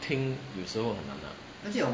听有时候很难 lah